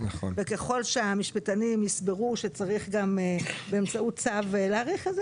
וככל שהמשפטנים יסברו שצריך גם באמצעות צו להאריך את זה,